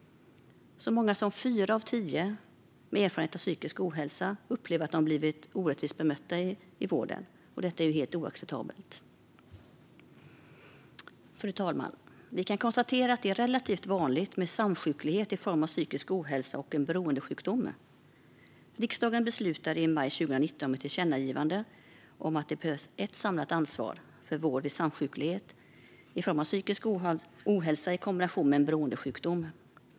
Så många som fyra av tio med erfarenhet av psykisk ohälsa upplever att de blivit orättvist bemötta i vården. Detta är helt oacceptabelt. Fru talman! Vi kan konstatera att det är relativt vanligt med samsjuklighet i form av psykisk ohälsa och en beroendesjukdom. Riksdagen beslutade i maj 2019 om ett tillkännagivande om att det behövs ett samlat ansvar för vård vid samsjuklighet i form av psykisk ohälsa i kombination med en beroendesjukdom.